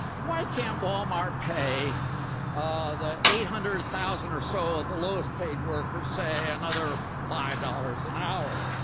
why can't walmart pay ah the eight hundred thousand or so of the lowest paid worker, say, another five dollars an hour?